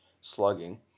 slugging